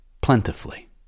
plentifully